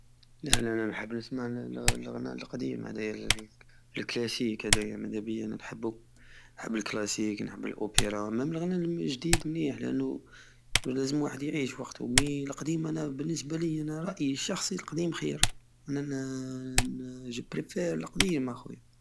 لا انا نحب نسمع لغنى لقديم هداية لكلاسيك مدبية انا نحبو نحب لكلاسيك نحب لاوبيرا مم لغنى الجديد مليح لانو لازم واحد يعيش وقتو مي لقديم انا بنسبة لية انا راي الشخصي لقديم خير انا انا- تردد. انا جو بريفار لقديم اخويا